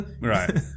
Right